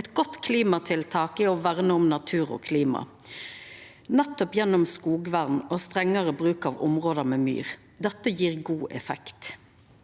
Eit godt klimatiltak er å verna om natur og klima gjennom skogvern og strengare bruk av område med myr. Dette gjev god effekt.